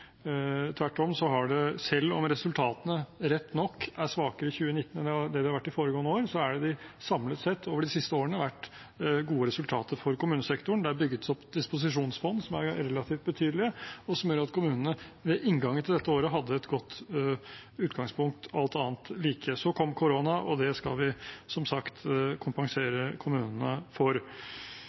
Tvert om har det, selv om resultatene rett nok er svakere i 2019 enn det de har vært de foregående år, samlet sett over de siste årene vært gode resultater for kommunesektoren. Det har bygget seg opp disposisjonsfond som er relativt betydelige, og som gjør at kommunene ved inngangen til dette året hadde et godt utgangspunkt, alt annet like. Så kom korona, og det skal vi som sagt kompensere kommunene for.